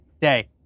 day